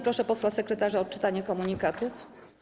Proszę posła sekretarza o odczytanie komunikatów.